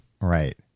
Right